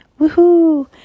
Woohoo